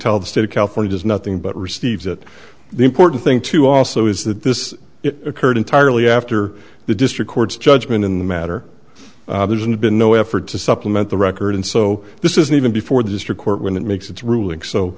tell the state of california does nothing but receive that the important thing to also is that this it occurred entirely after the district court's judgment in the matter there's been no effort to supplement the record and so this isn't even before the district court when it makes its ruling so